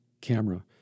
camera